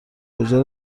کجا